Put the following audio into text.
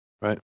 Right